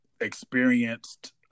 experienced